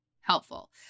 helpful